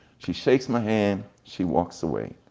she shakes my hand, she walks away.